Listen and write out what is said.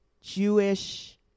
Jewish